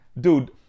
dude